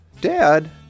Dad